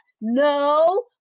No